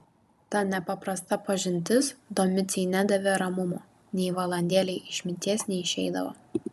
ta nepaprasta pažintis domicei nedavė ramumo nei valandėlei iš minties neišeidavo